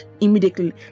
immediately